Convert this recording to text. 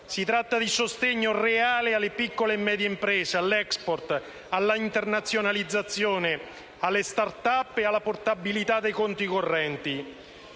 Si tratta di sostegno reale alle piccole e medie imprese, all'*export*, all'internazionalizzazione, alle *start up* e alla portabilità dei conti correnti.